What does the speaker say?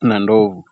na ndovu.